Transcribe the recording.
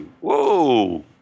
Whoa